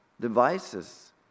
Devices